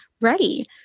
ready